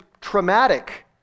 traumatic